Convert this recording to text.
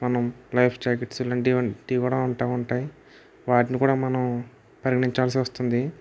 మనం life jackets తీవడం ఉంటా ఉంటాయి వాటిని కూడా మనం పరిగణించాల్సి వస్తుంది